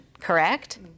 correct